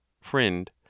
Friend